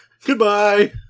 Goodbye